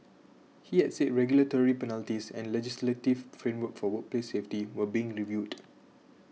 he had said regulatory penalties and legislative framework for workplace safety were being reviewed